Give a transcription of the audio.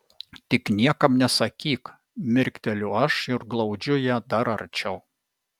tik niekam nesakyk mirkteliu aš ir glaudžiu ją dar arčiau